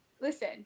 listen